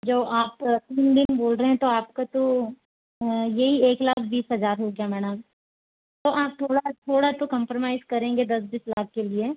जो आप तीन दिन बोल रहे हैं तो आपका तो यही एक लाख बीस हज़ार हो गया मैडम तो आप थोड़ा थोड़ा तो कॉम्प्रोमाइज़ करेंगे दस बीस लाख के लिए